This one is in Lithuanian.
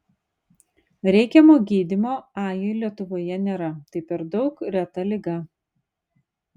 reikiamo gydymo ajui lietuvoje nėra tai per daug reta liga